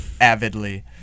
avidly